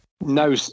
no